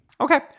okay